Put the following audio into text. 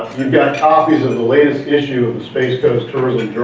got copies of the latest issue of the space coast tourism